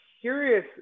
curious